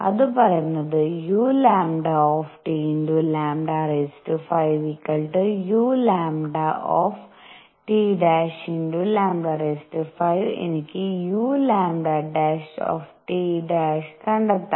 അത് പറയുന്നത് uλλ⁵uλT'λ⁵ എനിക്ക് uλT കണ്ടെത്താം